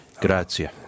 Grazie